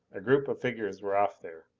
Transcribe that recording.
a group of figures were off there.